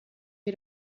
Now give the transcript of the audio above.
you